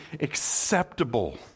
acceptable